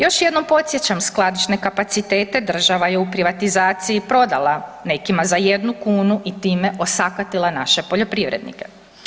Još jednom podsjećam, skladišne kapacitete država je u privatizaciji prodala, nekim za 1 kunu i time osakatila naše poljoprivrednike.